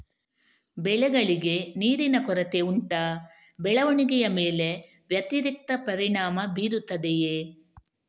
ಬೆಳೆಗಳಿಗೆ ನೀರಿನ ಕೊರತೆ ಉಂಟಾ ಬೆಳವಣಿಗೆಯ ಮೇಲೆ ವ್ಯತಿರಿಕ್ತ ಪರಿಣಾಮಬೀರುತ್ತದೆಯೇ?